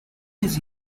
his